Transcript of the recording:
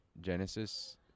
Genesis